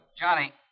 Johnny